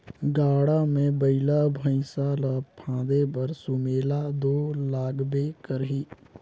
गाड़ा मे बइला भइसा ल फादे बर सुमेला दो लागबे करही